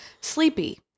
Sleepy